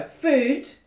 food